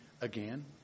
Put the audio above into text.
again